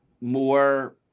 more